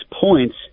points